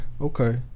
okay